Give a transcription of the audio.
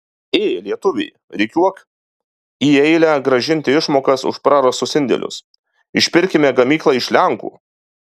ė lietuviai rikiuok į eilę grąžinti išmokas už prarastus indėlius išpirkime gamyklą iš lenkų